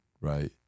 right